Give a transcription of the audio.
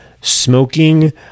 smoking